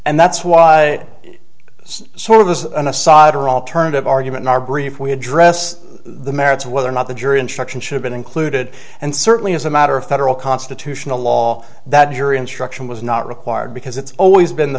and that's why it sort of as an aside or alternative argument in our brief we address the merits of whether or not the jury instruction should've been included and certainly as a matter of federal constitutional law that jury instruction was not required because it's always been the